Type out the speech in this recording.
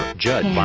judged